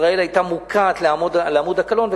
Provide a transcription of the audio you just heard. ישראל היתה מוקעת אל עמוד הקלון,